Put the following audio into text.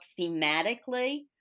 thematically